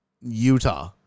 Utah